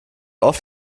oft